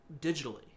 digitally